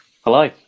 Hello